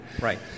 right